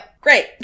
Great